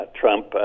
Trump